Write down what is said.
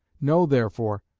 know therefore,